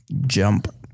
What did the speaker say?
jump